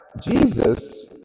Jesus